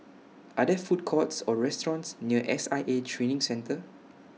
Are There Food Courts Or restaurants near S I A Training Centre